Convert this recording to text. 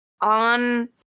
on